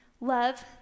love